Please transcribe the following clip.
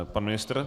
Pan ministr?